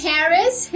Harris